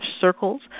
circles